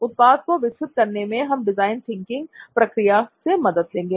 उत्पाद को विकसित करने में हम डिजाइन थिंकिंग प्रक्रिया से मदद लेंगे